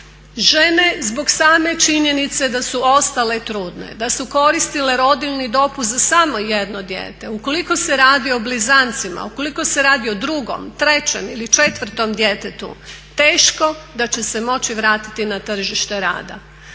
Žene zbog same činjenice da su ostale trudne, da su koristile rodiljni dopust za samo jedno dijete, ukoliko se radi o blizancima, ukoliko se radi o drugom, trećem ili četvrtom djetetu teško da će se moći vratiti na tržište rada.